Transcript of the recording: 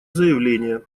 заявление